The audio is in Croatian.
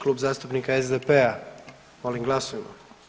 Klub zastupnika SDP-a, molim glasujmo.